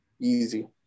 easy